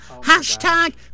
hashtag